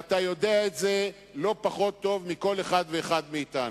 ואתה יודע את זה לא פחות טוב מכל אחד ואחד מאתנו.